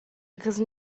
because